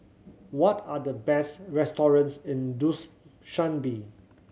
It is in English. what are the best restaurants in